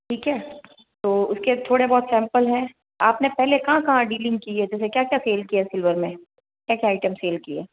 ठीक है तो उसके थोड़े बहुत सैंपल हैं आपने पहले कहाँ कहाँ डीलिंग की है जैसे क्या क्या सेल किया है सिल्वर में क्या क्या आइटम सेल किया